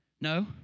No